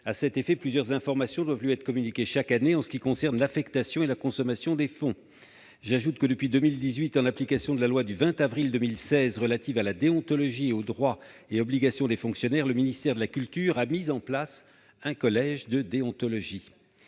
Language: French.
À cet effet, plusieurs informations doivent lui être communiquées chaque année concernant l'affectation et la consommation des fonds. J'ajoute que, depuis 2018, en application de la loi du 20 avril 2016 relative à la déontologie et aux droits et obligations des fonctionnaires, le ministère de la culture a mis en place un collège de déontologie.